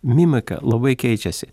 mimika labai keičiasi